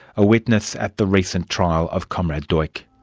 a witness at the recent trial of comrade duch. like